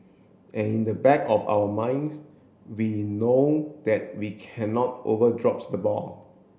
and in the back of our minds we know that we cannot over drops the ball